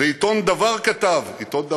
ועיתון "דבר" כתב, עיתון "דבר",